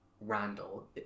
randall